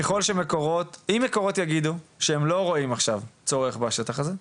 אם מקורות יגידו שהם לא רואים עכשיו צורך בשטח הזה,